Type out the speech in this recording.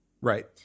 Right